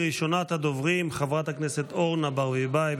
ראשונת הדוברים, חברת הכנסת אורנה ברביבאי.